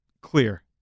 clear